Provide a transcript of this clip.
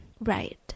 right